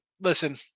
listen